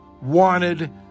wanted